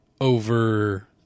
over